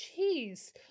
Jeez